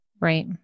right